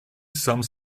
some